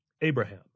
Abraham